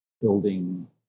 building